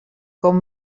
com